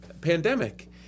pandemic